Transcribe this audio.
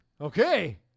Okay